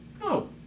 no